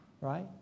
Right